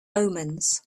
omens